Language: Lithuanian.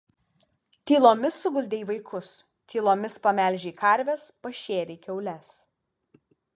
tylomis suguldei vaikus tylomis pamelžei karves pašėrei kiaules